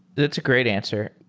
that's a great answer.